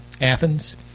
Athens